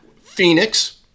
Phoenix